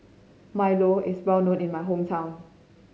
Milo is well known in my hometown